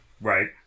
Right